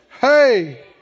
Hey